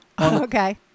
Okay